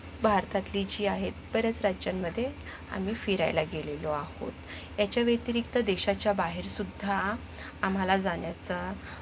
भारतातली जी आहेत बऱ्याच राज्यांमध्ये आम्ही फिरायला गेलेलो आहोत याच्याव्यतिरिक्त देशाच्या बाहेरसुद्धा आम्हाला जाण्याचा